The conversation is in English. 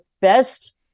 best